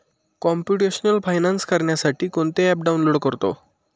computational finance करण्यासाठी कोणते app download करतो